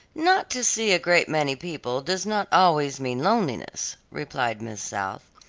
not to see a great many people does not always mean loneliness, replied miss south.